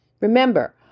Remember